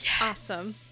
Awesome